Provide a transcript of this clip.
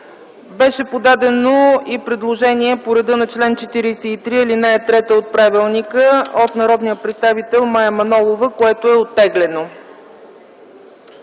Беше подадено и предложение по реда на чл. 43, ал. 3 от правилника от народния представител Мая Манолова, което е оттеглено.